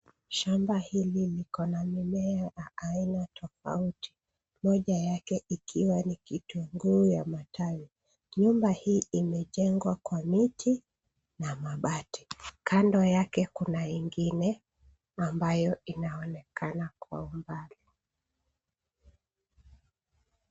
Shamba hili liko na mimea ya aina tofauti moja yake ikiwa ni kitunguu ya matawi. Nyumba hii imejengwa kwa miti na mabati. Kando yake kuna ingine ambayo inaonekana kwa umbali.